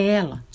ela